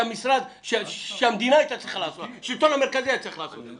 בשעה שהשלטון המרכזי היה צריך לעשות את זה.